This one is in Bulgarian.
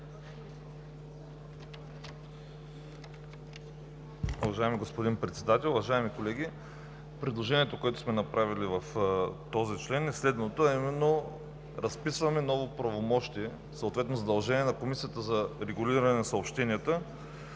Уважаеми господин Председател, уважаеми колеги, предложението, което сме направили в този член, е именно разписване на ново правомощие, съответно задължение на Комисията за регулиране на съобщенията,